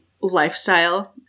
lifestyle